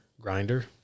grinder